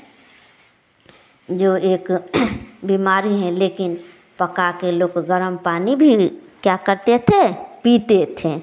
जो एक बीमारी है लेकिन पका कर लोग गर्म पानी भी क्या करते थे पीते थें